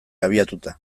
abiatuta